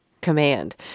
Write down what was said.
command